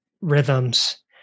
rhythms